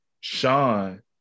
Sean